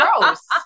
Gross